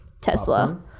Tesla